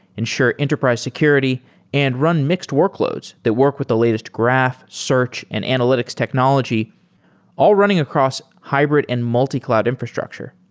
ensure enterprise security and run mixed workloads that work with the latest graph, search and analytics technology all running across hybrid and multi-cloud infrastructure.